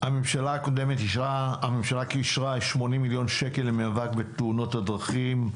הממשלה הקודמת אישרה 80 מיליון שקל למאבק בתאונות הדרכים.